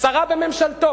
שרה בממשלתו,